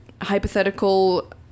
hypothetical